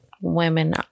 women